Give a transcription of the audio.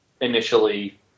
initially